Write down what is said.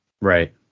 right